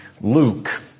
Luke